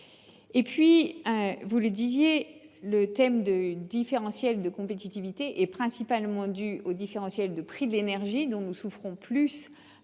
avec les États-Unis. Le différentiel de compétitivité est principalement dû au différentiel de prix de l'énergie dont nous souffrons plus